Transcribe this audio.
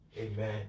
Amen